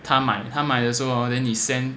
他们他买的时候 hor then 你 send